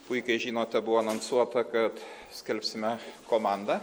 puikiai žinote buvo anonsuota kad skelbsime komandą